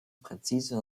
präzise